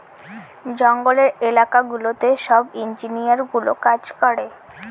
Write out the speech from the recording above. জঙ্গলের এলাকা গুলোতে সব ইঞ্জিনিয়ারগুলো কাজ করে